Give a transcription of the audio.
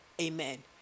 Amen